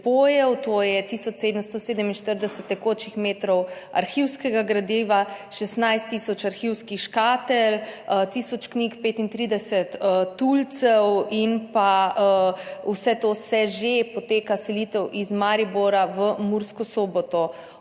tisoč 747 tekočih metrov arhivskega gradiva, 16 tisoč arhivskih škatel, tisoč knjig, 35 tulcev. Vse to že poteka, selitev iz Maribora v Mursko Soboto.